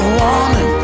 woman